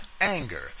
anger